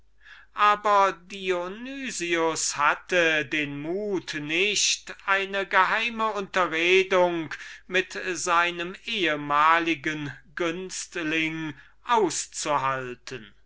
aber dionys hatte den mut nicht eine geheime unterredung mit seinem ehmaligen günstling auszuhalten